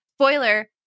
Spoiler